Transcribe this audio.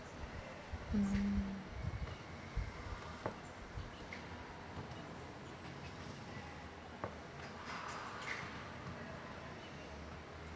mm